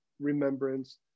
remembrance